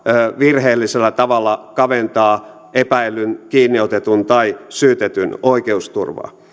virheellisellä tavalla kaventaa epäillyn kiinniotetun tai syytetyn oikeusturvaa